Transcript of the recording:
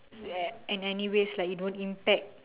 so and anyways it won't impact